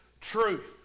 truth